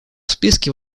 списке